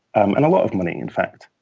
and a lot of money, in fact.